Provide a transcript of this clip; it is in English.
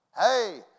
Hey